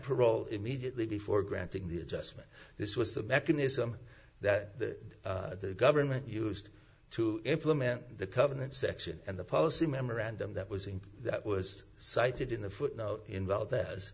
parole immediately before granting the adjustment this was the mechanism that the government used to implement the covenant section and the policy memorandum that was in that was cited in the footnote involved as